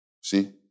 See